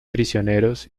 prisioneros